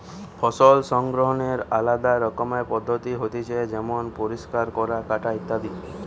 ফসল সংগ্রহনের আলদা রকমের পদ্ধতি হতিছে যেমন পরিষ্কার করা, কাটা ইত্যাদি